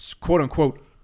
quote-unquote